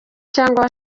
cyangwa